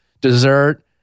dessert